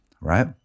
right